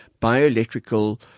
bioelectrical